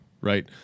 right